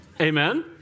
Amen